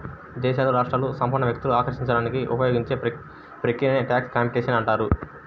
దేశాలు, రాష్ట్రాలు సంపన్న వ్యక్తులను ఆకర్షించడానికి ఉపయోగించే ప్రక్రియనే ట్యాక్స్ కాంపిటీషన్ అంటారు